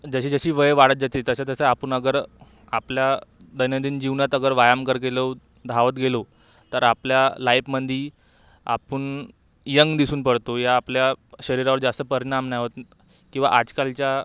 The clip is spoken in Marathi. जसे जसे वय वाढत जातील तसं तसं आपण अगर आपल्या दैनंदिन जीवनात अगर व्यायाम कर गेलो धावत गेलो तर आपल्या लाईफमध्ये आपण यंग दिसून पडतो या आपल्या शरीरावर जास्त परिणाम नाही होत किंवा आजकालच्या